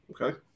Okay